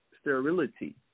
sterility